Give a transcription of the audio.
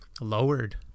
lowered